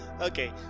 okay